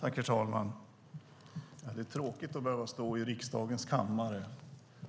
Herr talman! Det är tråkigt att behöva stå i riksdagens kammare